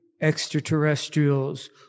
extraterrestrials